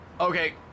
Okay